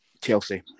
Chelsea